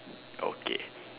okay